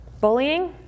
bullying